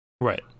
right